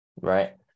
right